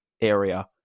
area